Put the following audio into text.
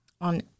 on